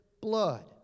blood